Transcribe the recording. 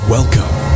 Welcome